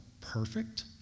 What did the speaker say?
perfect